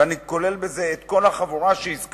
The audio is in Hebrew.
ואני כולל בזה את כל החבורה שהזכרתי